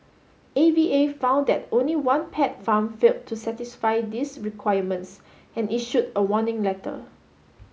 A V A found that only one pet farm failed to satisfy these requirements and issued a warning letter